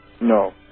No